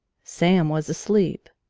sam was asleep.